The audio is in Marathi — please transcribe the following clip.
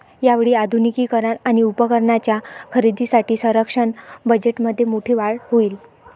यावेळी आधुनिकीकरण आणि उपकरणांच्या खरेदीसाठी संरक्षण बजेटमध्ये मोठी वाढ होईल